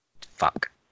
Fuck